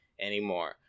anymore